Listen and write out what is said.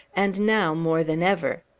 and now more than ever.